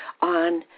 on